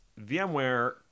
VMware